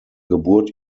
geburt